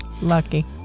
lucky